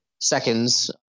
seconds